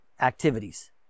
activities